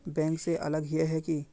Bank से अलग हिये है की?